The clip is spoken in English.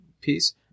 piece